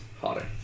hotter